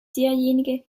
derjenige